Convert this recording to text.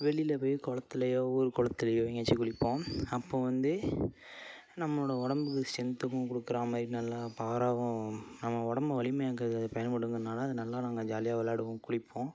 வெளியில் போயி குளத்துலியோ ஊர் குளத்துலியோ எங்கியாச்சி குளிப்போம் அப்போது வந்து நம்மளோடய உடம்புக்கு ஸ்ட்ரென்த்துக்கும் கொடுக்கறா மாதிரி நல்லா பாராவும் நம்ம உடம்பு வலிமை எங்கறது பயன்படுங்கறனால் அது நல்லா நாங்கள் ஜாலியாக வெளாடுவோம் குளிப்போம்